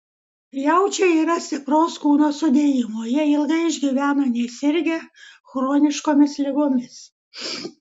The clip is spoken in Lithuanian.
jaučiai yra stipraus kūno sudėjimo jie ilgai išgyvena nesirgę chroniškomis ligomis